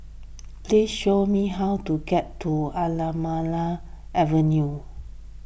please show me how to get to Anamalai Avenue